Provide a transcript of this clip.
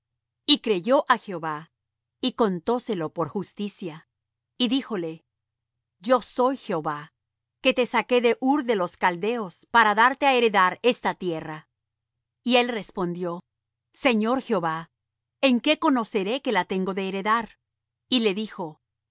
y creyó á jehová y contóselo por justicia y díjole yo soy jehová que te saqué de ur de los caldeos para darte á heredar esta tierra y él respondió señor jehová en qué conoceré que la tengo de heredar y le dijo